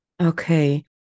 Okay